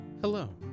Hello